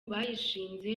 bashinze